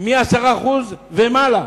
10% ומעלה.